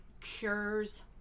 cures